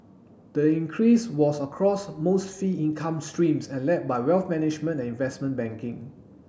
the increase was across most fee income streams and led by wealth management and investment banking